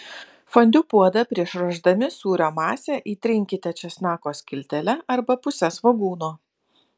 fondiu puodą prieš ruošdami sūrio masę įtrinkite česnako skiltele arba puse svogūno